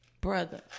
Brother